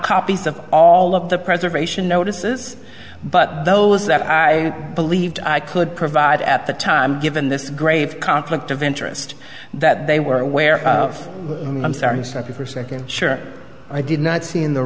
copies of all of the preservation notices but those that i believed i could provide at the time given this grave conflict of interest that they were aware of them started step or second sure i did not see in the